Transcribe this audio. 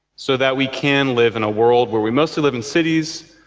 so that we can live in a world where we mostly live in cities,